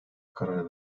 karar